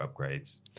upgrades